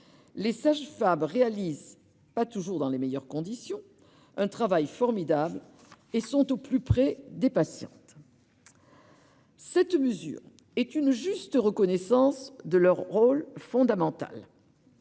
Les sages-femmes réalisent, pas toujours dans les meilleures conditions, un travail formidable, et sont au plus près des patientes. Cette mesure est une juste reconnaissance de leur rôle fondamental.